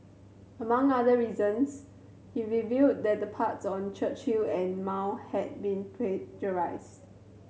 among other reasons he revealed that the parts on Churchill and Mao had been plagiarised